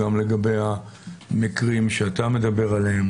גם לגבי המקרים שאתה מדבר עליהם,